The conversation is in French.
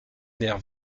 nerfs